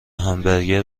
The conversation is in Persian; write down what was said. همبرگر